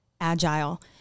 agile